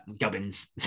gubbins